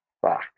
Fuck